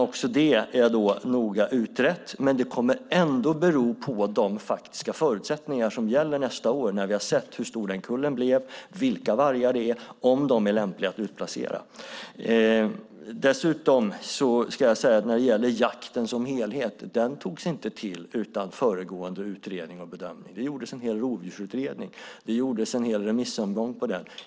Detta är också noga utrett, men det kommer ändå att bero på de faktiska förutsättningar som gäller nästa år när vi har sett hur stor den kullen blev, vilka vargar det är och om de är lämpliga att utplacera. När det gäller jakten som helhet vill jag säga att den inte togs till utan föregående utredning och bedömning. Det gjordes en hel rovdjursutredning. Det gjordes en hel remissomgång på den.